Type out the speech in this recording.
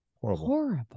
Horrible